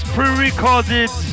pre-recorded